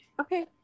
Okay